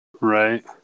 Right